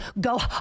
go